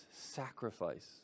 sacrifice